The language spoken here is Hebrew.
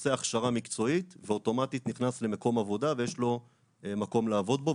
עושה הכשרה מקצועית ואוטומטית נכנס למקום עבודה ויש לו מקום לעבוד בו.